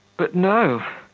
but no!